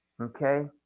okay